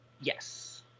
Yes